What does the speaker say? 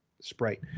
sprite